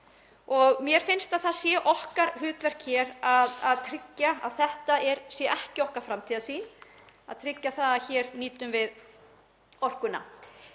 Mér finnst að það sé okkar hlutverk hér að tryggja að þetta sé ekki okkar framtíðarsýn, að tryggja það að hér nýtum við orkuna,